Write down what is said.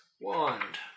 Wand